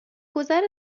گذر